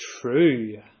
true